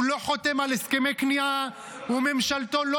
הוא לא חותם על הסכמי כניעה וממשלתו לא